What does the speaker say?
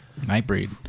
Nightbreed